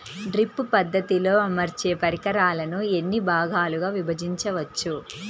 Drip పద్ధతిలో అమర్చే పరికరాలను ఎన్ని భాగాలుగా విభజించవచ్చు?